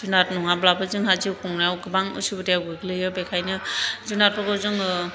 जुनाद नङाब्लानो जोंहा जिउ खुंनायाव गोबां उसुबिदायाव गोग्लैयो बेखायनो जुनादफोरखौ जोङो